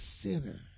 sinner